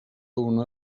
una